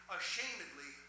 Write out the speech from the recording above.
ashamedly